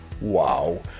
wow